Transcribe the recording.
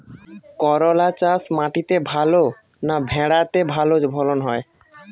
করলা চাষ মাটিতে ভালো না ভেরাতে ভালো ফলন হয়?